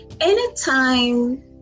anytime